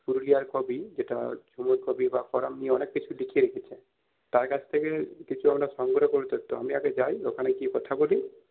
পুরুলিয়ার কবি যেটা চুড়ো কবি বা করম নিয়ে অনেক কিছু লিখে রেখেছে তার কাছ থেকে কিছু আমরা সংগ্রহ করি তথ্য আমি আগে যাই ওইখানে গিয়ে কথা বলি